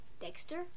Dexter